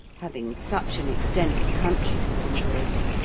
having such an extent of country to wander over,